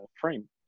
frame